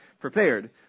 prepared